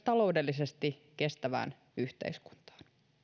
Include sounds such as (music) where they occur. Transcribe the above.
(unintelligible) taloudellisesti kestävään yhteiskuntaan